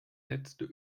letzte